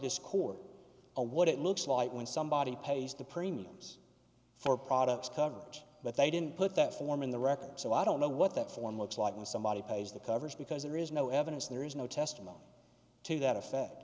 disk or a what it looks like when somebody pays the premiums for products coverage but they didn't put that form in the record so i don't know what that form looks like when somebody pays the coverage because there is no evidence there is no testimony to that effect